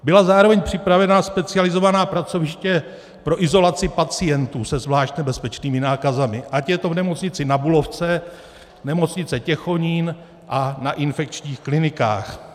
Byla zároveň připravena specializovaná pracoviště pro izolaci pacientů se zvlášť nebezpečnými nákazami, ať je to v nemocnici na Bulovce, nemocnici Těchonín a na infekčních klinikách.